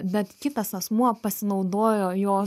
bet kitas asmuo pasinaudojo jo